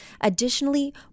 Additionally